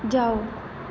ਜਾਓ